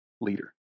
leader